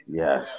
yes